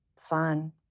fun